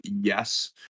yes